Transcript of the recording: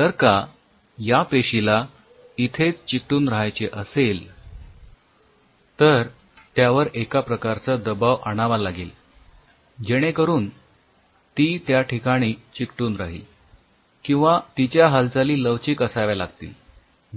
जर का या पेशीला इथेच चिकटून राहायचे असेल तर त्यावर एका प्रकारचा दबाव आणावा लागेल जेणे करून ती त्याठिकाणी चिकटून राहील किंवा तिच्या हालचाली लवचिक असाव्या लागतील